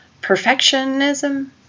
Perfectionism